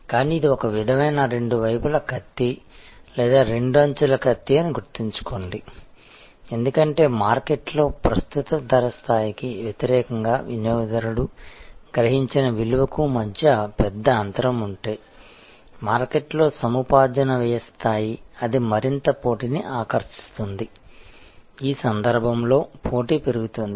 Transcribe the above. కానీ ఇది ఒక విధమైన రెండు వైపుల కత్తి లేదా రెండు అంచుల కత్తి అని గుర్తుంచుకోండి ఎందుకంటే మార్కెట్లో ప్రస్తుత ధర స్థాయికి వ్యతిరేకంగా వినియోగదారుడు గ్రహించిన విలువకు మధ్య పెద్ద అంతరం ఉంటే మార్కెట్లో సముపార్జన వ్యయ స్థాయి అది మరింత పోటీని ఆకర్షిస్తుంది ఈ సందర్భంలో పోటీ పెరుగుతుంది